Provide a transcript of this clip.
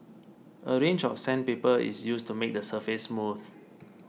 a range of sandpaper is used to make the surface smooth